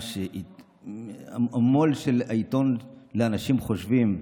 היום המו"ל של העיתון לאנשים חושבים: